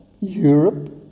Europe